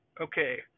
Okay